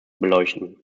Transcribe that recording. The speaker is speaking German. beleuchten